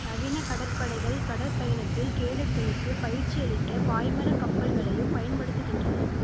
நவீன கடற்படைகள் கடற்பயணத்தில் கேடட்களுக்கு பயிற்சியளிக்க பாய்மரக்கப்பல்களையும் பயன்படுத்துகின்றன